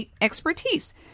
expertise